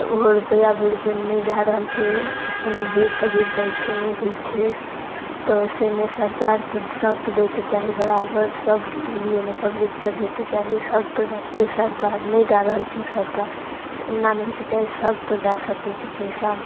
तऽ ओहो रुपैआ बुड़ि गेल नहि भऽ रहल छै अपन जरि पजरि जाइ छै नहि होइ छै तऽ से नहि सरकारके सभके दैके चाही बराबर सभकेलिए ने पब्लिकके दैके चाही सभके देतै सरकार नहि दऽ रहल छै सरकार तऽ एना नहि होइके चाही सभके दऽ सकै छै पइसा